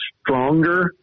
stronger